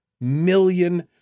million